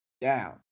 Down